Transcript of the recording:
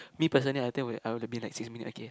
me personally I think I would have been like six minute okay